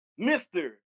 Mr